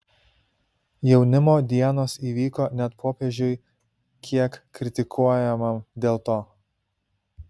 jaunimo dienos įvyko net popiežiui kiek kritikuojamam dėl to